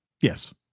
Yes